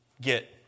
Get